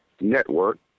Network